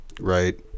right